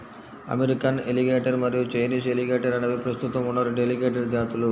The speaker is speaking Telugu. అమెరికన్ ఎలిగేటర్ మరియు చైనీస్ ఎలిగేటర్ అనేవి ప్రస్తుతం ఉన్న రెండు ఎలిగేటర్ జాతులు